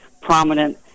prominent